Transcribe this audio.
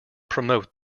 promote